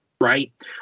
Right